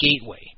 Gateway